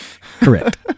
Correct